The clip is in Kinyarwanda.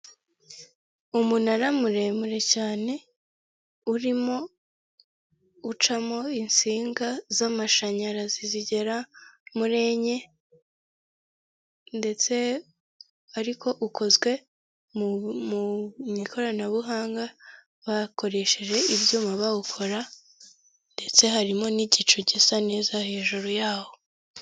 Umunara muremure cyane urimo ucamo insinga z'amashanyarazi, zigera muri enye, ndetse ariko ukozwe mu ikoranabuhanga bakoresheje ibyuma bawukora ndetse harimo n'igicu gisa neza hejuru yaho.